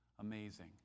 Amazing